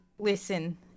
Listen